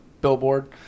billboard